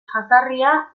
jazarria